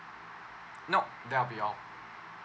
nope that'll be all